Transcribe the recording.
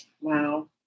Wow